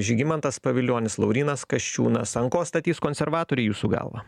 žygimantas pavilionis laurynas kasčiūnas ant ko statys konservatoriai jūsų galva